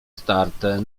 starte